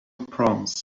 proms